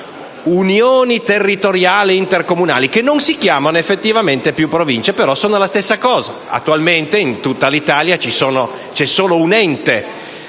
18 Unioni territoriali intercomunali, che non si chiamano effettivamente più Province, ma sono la stessa cosa. Attualmente, in tutta l'Italia, c'è solo un ente